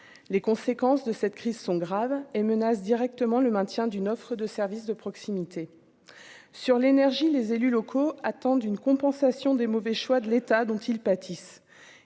les conséquences de cette crise sont graves et menace directement le maintien d'une offre de services de proximité sur l'énergie, les élus locaux attendent une compensation des mauvais choix de l'État dont ils pâtissent,